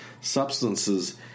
substances